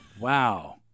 Wow